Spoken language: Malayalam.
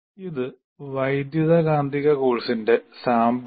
ഇത് വൈദ്യുതകാന്തിക കോഴ്സിന്റെ സാമ്പിൾ സി